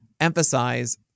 emphasize